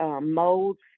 molds